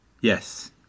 yes